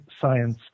science